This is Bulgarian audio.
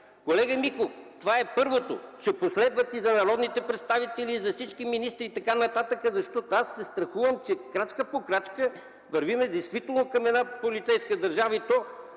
колега Миков, това е първото! Ще последват и за народните представители, и за всички министри, и т.н. Страхувам се, че крачка по крачка вървим действително към една полицейска държава.